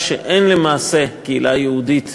הוא שאין למעשה קהילה יהודית